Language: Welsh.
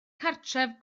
cartref